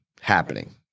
happening